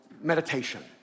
meditation